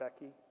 Becky